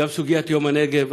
גם סוגיית יום הנגב.